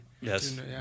Yes